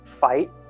fight